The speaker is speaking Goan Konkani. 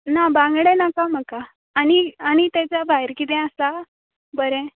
ना बांगडें नाका म्हाका आनी आनी तेच्या भायर किदें आसा बरें